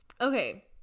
Okay